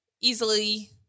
easily